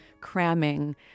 cramming